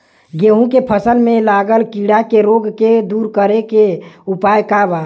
गेहूँ के फसल में लागल कीड़ा के रोग के दूर करे के उपाय का बा?